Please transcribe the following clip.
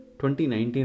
2019